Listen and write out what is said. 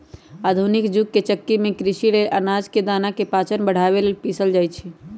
आधुनिक जुग के चक्की में कृषि लेल अनाज के दना के पाचन बढ़ाबे लेल पिसल जाई छै